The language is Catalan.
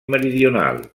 meridional